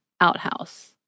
outhouse